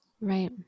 Right